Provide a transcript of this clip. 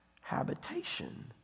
habitation